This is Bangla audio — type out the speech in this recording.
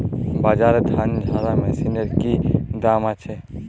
বাজারে ধান ঝারা মেশিনের কি দাম আছে?